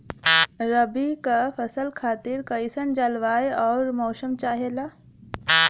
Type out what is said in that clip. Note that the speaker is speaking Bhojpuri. रबी क फसल खातिर कइसन जलवाय अउर मौसम चाहेला?